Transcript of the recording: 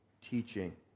teaching